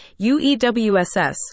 UEWSS